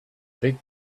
big